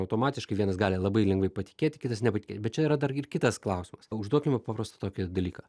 automatiškai vienas gali labai lengvai patikėti kitas nepatikė bet čia yra dar ir kitas klausimas užduokime paprastą tokį dalyką